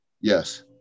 Yes